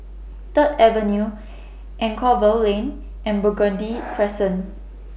Third Avenue Anchorvale Lane and Burgundy Crescent